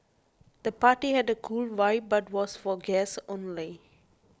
the party had a cool vibe but was for guests only